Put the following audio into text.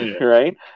Right